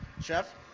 Chef